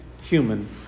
human